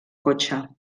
cotxe